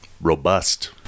robust